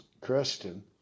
Creston